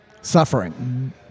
Suffering